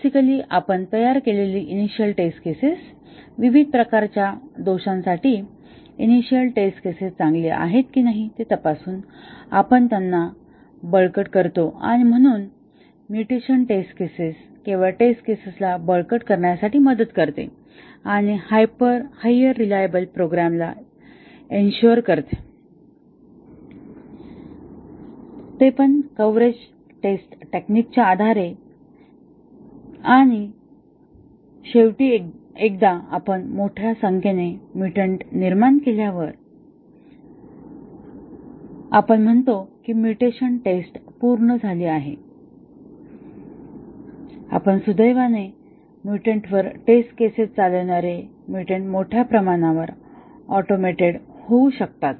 basically आपण तयार केलेली इनिशिअल टेस्ट केसेस विविध प्रकारच्या दोषांसाठी इनिशिअल टेस्ट केसेस चांगली आहेत की नाही हे तपासून आपण त्यांना बळकट करतो आणि म्हणून म्युटेशन टेस्ट केवळ टेस्ट केसेस ला बळकट करण्यात मदत करते आणि हायर रिलायबल प्रोग्रॅम ला इन्शुअर करते ते पण कव्हरेज टेस्ट तंत्राच्या आधारे आणि शेवटी एकदा आपण मोठ्या संख्येने म्युटंट निर्माण केल्यावर आपण म्हणतो की आपली म्युटेशन टेस्ट पूर्ण झाली आहे आणि सुदैवाने म्युटंटवर टेस्ट केसेस चालवणारे म्युटंट मोठ्या प्रमाणावर ऑटोमोटेडहोऊ शकतात